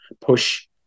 push